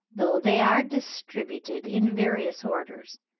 though they are distributed in various orders.